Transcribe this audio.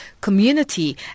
community